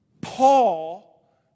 Paul